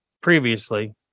previously